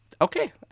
okay